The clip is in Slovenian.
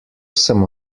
sem